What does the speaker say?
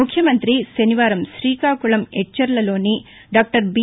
ముఖ్యమంత్రి శనివారం శ్రీకాకుళం ఎచ్చెర్లలోని డాక్టర్ బీ